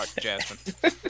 Jasmine